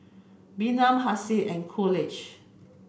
Bynum Hassie and Coolidge